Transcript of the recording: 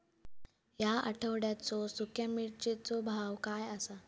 या आठवड्याचो सुख्या मिर्चीचो भाव काय आसा?